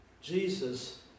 Jesus